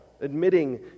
Admitting